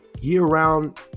year-round